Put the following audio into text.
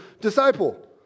disciple